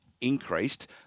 increased